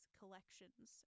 collections